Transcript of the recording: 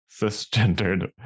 cisgendered